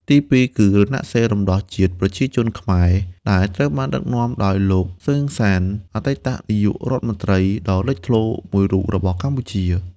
ទីពីរ គឺរណសិរ្សរំដោះជាតិប្រជាជនខ្មែរ ដែលត្រូវបានដឹកនាំដោយលោក សឺន សាន អតីតនាយករដ្ឋមន្ត្រីដ៏លេចធ្លោមួយរូបរបស់កម្ពុជា។